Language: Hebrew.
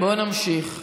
בואו נמשיך.